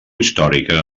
històrica